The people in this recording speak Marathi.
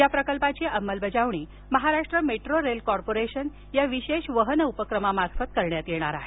या प्रकल्पाची अंमलबजावणी महाराष्ट्र मेट्रो रेल कार्पोरेशन या विशेष वहन हेतूमार्फत करण्यात येईल